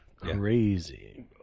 crazy